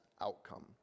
outcome